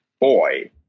boy